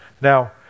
Now